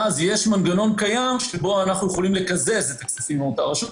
אז יש מנגנון קיים שבאמצעותו אנחנו יכולים לקזז את הכספים מאותה הרשות.